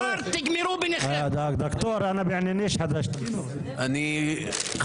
נא לשבת, אני פותח את הישיבה.